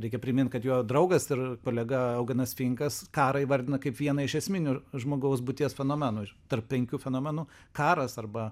reikia primint kad jo draugas ir kolega augenas finkas karą įvardina kaip vieną iš esminių žmogaus būties fenomenų tarp penkių fenomenų karas arba